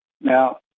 Now